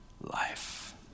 life